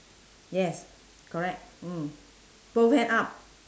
yes correct mm both hand up